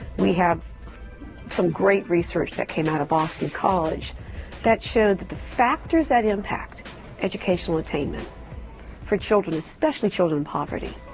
we have some great research that came out of boston college that showed that the factors that impact educational attainment for children, especially children in poverty,